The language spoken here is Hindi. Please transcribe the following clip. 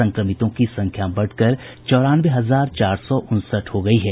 संक्रमितों की संख्या बढ़कर चौरानवे हजार चार सौ उनसठ हो गयी है